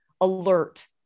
alert